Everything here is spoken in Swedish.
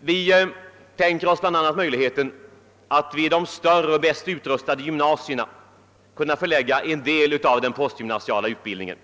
Vi tänker oss bl.a. möjligheten att vid de större och häst utrustade gymnasierna kunna förlägga en del av den postgymnasiala utbildningen.